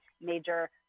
major